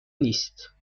نیست